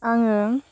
आङो